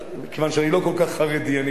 כיוון שאני לא כל כך חרדי, אני רק דתי,